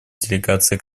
делегации